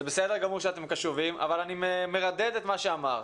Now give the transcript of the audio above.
זה בסדר גמור שאתם קשובים אבל אני מרדד את מה שאמרת: